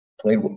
played